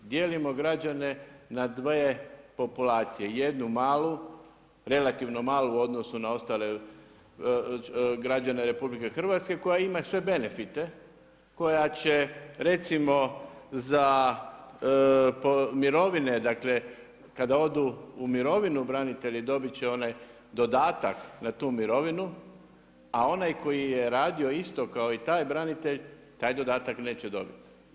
Dijelimo građane na dve populacije jednu malu, relativno malu u odnosu na ostale građane RH koja ima sve benefite, koja će recimo za mirovine, dakle kada odu u mirovinu branitelji dobit će onaj dodatak na tu mirovinu, a onaj koji je radio isto kao i taj branitelj taj dodatak neće dobiti.